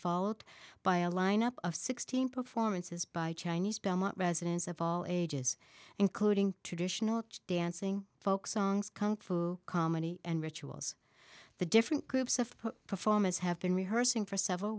followed by a line up of sixteen performances by chinese belmont residents of all ages including traditional dancing folk songs kung fu comedy and rituals the different groups of performers have been rehearsing for several